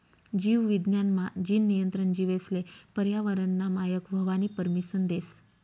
जीव विज्ञान मा, जीन नियंत्रण जीवेसले पर्यावरनना मायक व्हवानी परमिसन देस